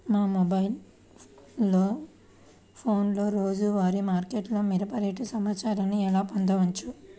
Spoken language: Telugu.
మా మొబైల్ ఫోన్లలో రోజువారీ మార్కెట్లో మిరప రేటు సమాచారాన్ని ఎలా పొందవచ్చు?